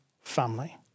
family